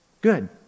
good